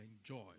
enjoy